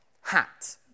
hat